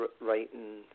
writing